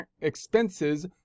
expenses